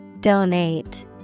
Donate